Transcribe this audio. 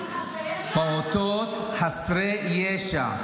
--- פעוטות חסרי ישע.